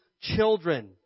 children